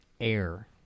air